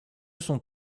son